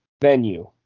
venue